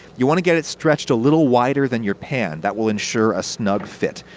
you want to get it stretched a little wider than your pan that will ensure a snug fit.